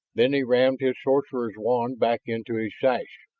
then he rammed his sorcerer's wand back into his sash.